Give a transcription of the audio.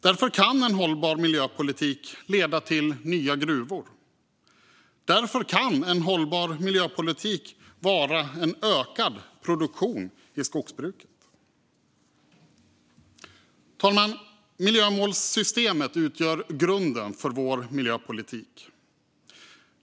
Därför kan hållbar miljöpolitik leda till nya gruvor, och därför kan hållbar miljöpolitik vara ökad produktion i skogsbruket. Herr talman! Miljömålssystemet utgör grunden för vår miljöpolitik.